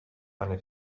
eine